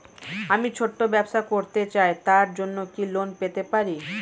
আমি ছোট ব্যবসা করতে চাই তার জন্য কি লোন পেতে পারি?